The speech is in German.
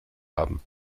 haben